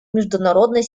международной